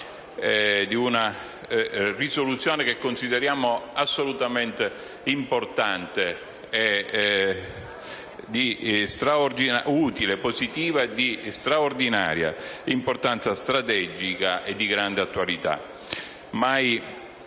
di risoluzione che consideriamo assolutamente importante, utile, positiva e di straordinaria importanza strategica nonché di grande attualità.